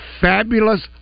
fabulous